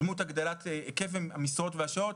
בדמות הגדלת היקף המשרות והשעות,